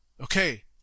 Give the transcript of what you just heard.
Okay